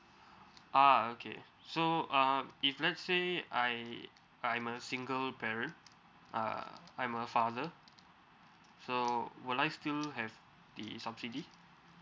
uh okay so um if let's say I I'm a single parent uh I'm a father so will I still have the subsidy